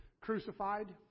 crucified